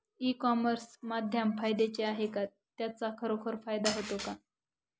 E commerce माध्यम फायद्याचे आहे का? त्याचा खरोखर फायदा होतो का?